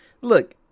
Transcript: Look